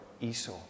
Esau